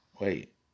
wait